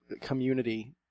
community